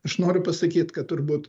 aš noriu pasakyt kad turbūt